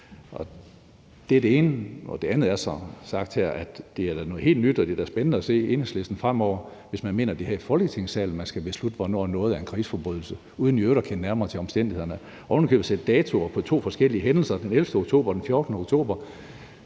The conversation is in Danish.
Det er det ene. Det andet er som sagt, at det her er noget helt nyt, og det bliver da spændende at se Enhedslisten fremover, hvis man mener, at det er her i Folketingssalen, man skal beslutte, hvornår noget er en krigsforbrydelse uden i øvrigt at kende nærmere til omstændighederne – og ovenikøbet sætte datoer på to forskellige hændelser, nemlig den 11. oktober og den 14. oktober.